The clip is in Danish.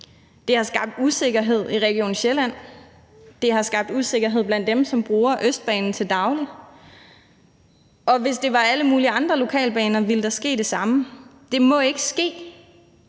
Det har skabt usikkerhed i Region Sjælland, og det har skabt usikkerhed blandt dem, som bruger Østbanen til daglig, og hvis det var alle mulige andre lokalbaner, ville der ske det samme. Det må ikke ske.